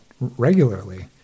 regularly